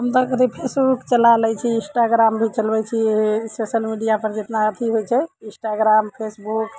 हम तऽ कथी फेसबुक भी चला लै छिए इन्स्टाग्राम भी चलबै छिए सोशल मीडिआपर जतना अथी होइ छै इन्स्टाग्राम फेसबुक